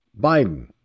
Biden